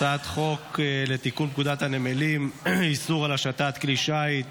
הצעת חוק לתיקון פקודת הנמלים (איסור על השטת כלי שיט